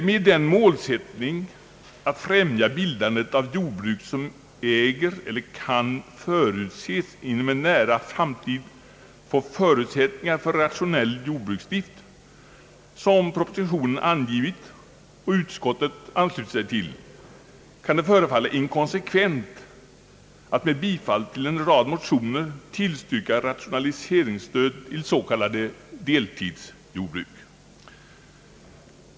Med den målsättning som oppositionen angivit och utskottet anslutit sig till, att man skall främja bildandet av jordbruk som äger eller kan förutses inom en nära framtid få förutsättningar för rationell jordbruksdrift, kan det förefalla inkonsekvent att med bifall till en rad motioner tillstyrka rationaliseringsstöd till s.k. deltidsjordbruk.